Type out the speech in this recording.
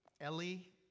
Ellie